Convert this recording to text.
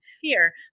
fear